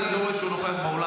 אני לא רואה שהוא נוכח באולם,